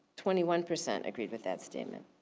twenty one percent agreed with that statement.